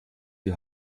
die